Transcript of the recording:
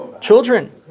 children